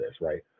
right